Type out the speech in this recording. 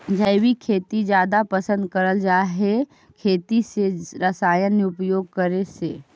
जैविक खेती जादा पसंद करल जा हे खेती में रसायन उपयोग करे से